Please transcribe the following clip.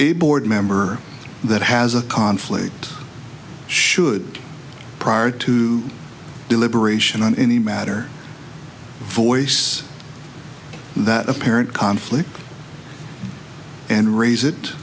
a board member that has a conflict should prior to deliberation on any matter voice that apparent conflict and raise